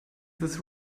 this